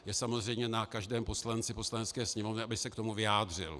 Je samozřejmě na každém poslanci Poslanecké sněmovny, aby se k tomu vyjádřil.